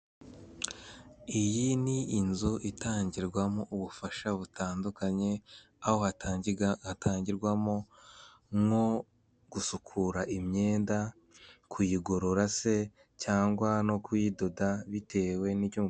Iyi ni inzu itangirwamo ubufasha butandukanye. Aho hatangirwamo nko gusukura imyenda, kuyigorora se cyangwa no kuyidoda bitewe n'icyo.